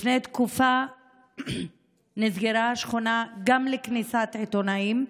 לפני תקופה נסגרה השכונה גם לכניסת עיתונאים,